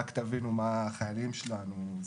רק שתבינו מה החיילים שלנו זה.